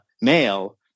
male